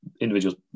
individuals